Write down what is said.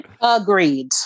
agreed